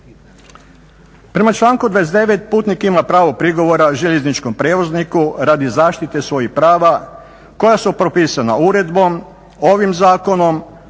Prema članku 29.putnik ima pravo prigovora željezničkom prijevozniku radi zaštite svojih prava koja su propisana uredbom, ovim zakonom,